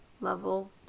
level